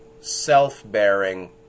self-bearing